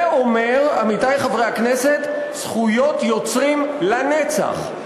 זה אומר, עמיתי חברי הכנסת, זכויות יוצרים לנצח.